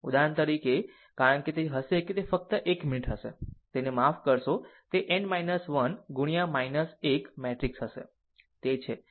ઉદાહરણ તરીકે ઉદાહરણ તરીકે કારણ કે તે હશે તે ફક્ત 1 મિનિટ હશે તેને માફ કરશો તે n 1 ગુણ્યા 1 મેટ્રિક્સ હશે તે છે